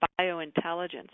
biointelligence